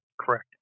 Correct